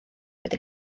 wedi